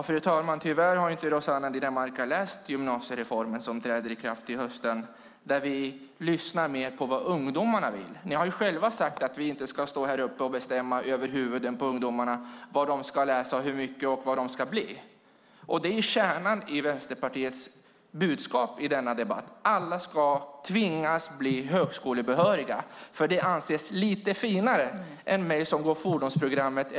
Fru talman! Tyvärr har Rossana Dinamarca inte läst gymnasiereformen som träder i kraft till hösten. Där lyssnar vi mer på vad ungdomarna vill. Ni har själva sagt, Rossana Dinamarca, att vi inte ska stå här och över huvudet på ungdomarna bestämma vad och hur mycket de ska läsa och vad de ska bli. Det är kärnan i Vänsterpartiets budskap i denna debatt. Alla ska tvingas bli högskolebehöriga, för det anses lite finare än att gå fordonsprogrammet.